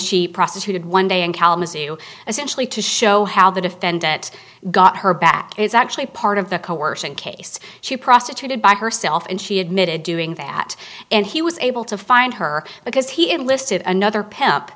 she prostituted one day in kalamazoo essentially to show how the defendant got her back is actually part of the coercion case she prostituted by herself and she admitted doing that and he was able to find her because he enlisted another